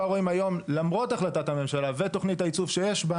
למרות החלטת הממשלה ותוכנית הייצוב שקיימת בה